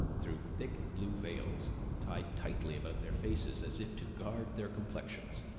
through thick blue veils tied tightly about their faces as if to guard their complexions.